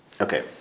Okay